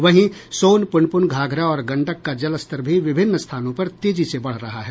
वहीं सोन पुनपुन घाघरा और गंडक का जलस्तर भी विभिन्न स्थानों पर तेजी से बढ़ रहा है